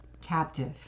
captive